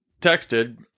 texted